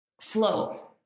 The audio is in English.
Flow